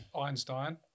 Einstein